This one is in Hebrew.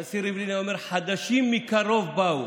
הנשיא ריבלין היה אומר: "חדשים מקרוב באו".